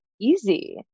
easy